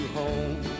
home